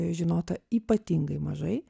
žinota ypatingai mažai